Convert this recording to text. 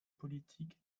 politiques